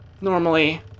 normally